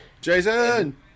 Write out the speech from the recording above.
Jason